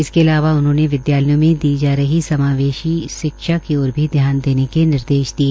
इसके अलावा उन्होंने विद्यालयों में दी जा रही समावेशी शिक्षा की ओर भी ध्यान देने के निर्देश दिए